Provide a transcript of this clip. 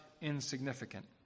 insignificant